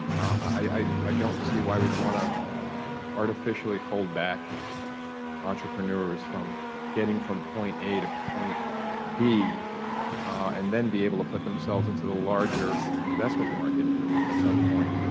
i don't see why we would want to artificially hold back entrepreneurs from getting from point a to point b and then be able to put themselves into the larger investment market at some point.